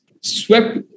swept